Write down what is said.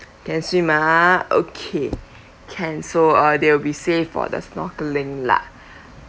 can swim ah okay can so uh they will be safe for the snorkelling lah